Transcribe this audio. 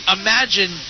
Imagine